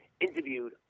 interviewed